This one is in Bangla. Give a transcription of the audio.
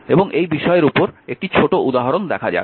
এবং এই বিষয়ের উপর একটি ছোট উদাহরণ দেখা যাক